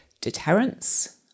deterrence